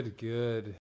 Good